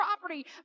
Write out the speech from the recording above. property